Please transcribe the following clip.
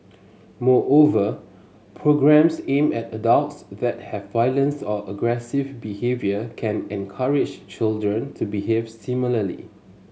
moreover programmes aimed at adults that have violence or aggressive behaviour can encourage children to behave similarly